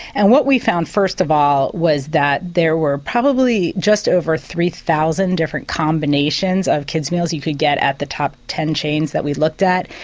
and what we found first of all was that there were probably just over three thousand different combinations of kids' meals you get at the top ten chains that we looked at.